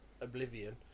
oblivion